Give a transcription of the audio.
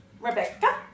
Rebecca